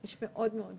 איש מאוד מאוד יקר,